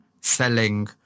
selling